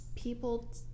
people